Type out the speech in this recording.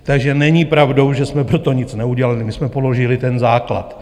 Takže není pravdou, že jsme pro to nic neudělali, my jsme položili ten základ.